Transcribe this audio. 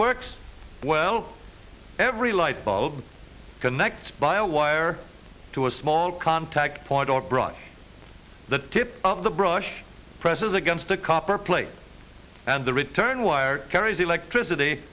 works well every lightbulb connected by a wire to a small contact point or bright the tip of the brush presses against a copper plate and the return wire carries electricity